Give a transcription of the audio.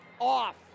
off